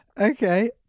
Okay